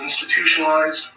institutionalized